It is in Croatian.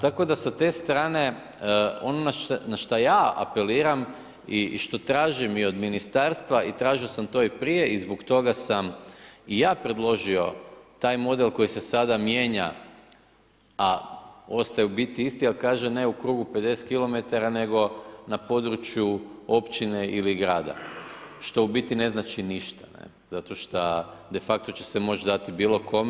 Tako da sa te strane ono na šta ja apeliram i šta tražim od ministarstva i tražio sam to i prije i zbog toga sam i ja predložio taj model koji se sada mijenja, a ostaje u biti isti, ali kaže ne u krugu 50km nego na području općine ili grada, što u biti ne znači ništa, zato šta de facto će se moći dati bilo kome.